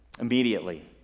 Immediately